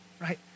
right